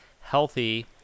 healthy